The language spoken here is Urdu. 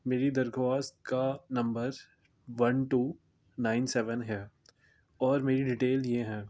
میری درخواست کا نمبر ون ٹو نائن سیون ہے اور میری ڈیٹیل یہ ہیں